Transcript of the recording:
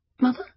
Mother